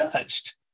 judged